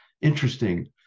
interesting